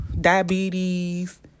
diabetes